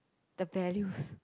the values